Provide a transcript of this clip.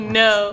no